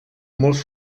molts